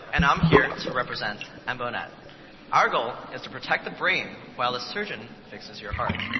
and i'm here to represent embonet. our goal is to protect the brain while a surgeon fixes your heart.